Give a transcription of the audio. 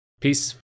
Peace